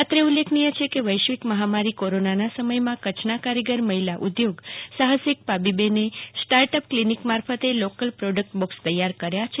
અત્રે ઉલ્લેખનીય છે કે વૈશ્વિક મહામારી કોરોનાના સમયમાં કચ્છના કારીગર મહિલા ઉધોગ સાહસિક પાબીબેને સ્ટાર્ટઅપ કલીનીક મારફતે લોકલ પ્રોડક્ટ બોક્સ તૈયાર કર્યુ છે